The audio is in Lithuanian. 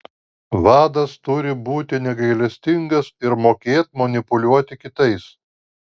vadas turi būti negailestingas ir mokėt manipuliuoti kitais